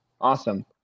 Awesome